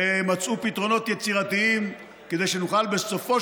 ומצאו פתרונות יצירתיים כדי שנוכל בסופו